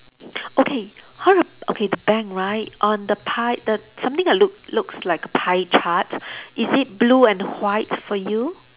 okay how a~ okay the bank right on the pie the something that look looks like a pie chart is it blue and white for you